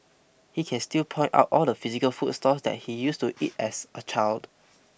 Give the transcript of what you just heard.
he can still point out all the physical food stalls that he used to eat at as a child